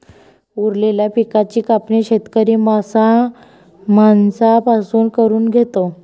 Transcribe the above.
उरलेल्या पिकाची कापणी शेतकरी माणसां पासून करून घेतो